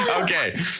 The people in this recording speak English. Okay